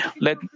Let